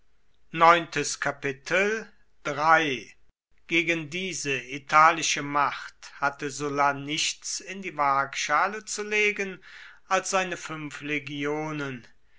gegen diese italische macht hatte sulla nichts in die waagschale zu legen als seine fünf legionen